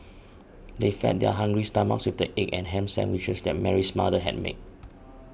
they fed their hungry stomachs with the egg and ham sandwiches that Mary's mother had made